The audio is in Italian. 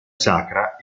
sacra